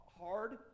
hard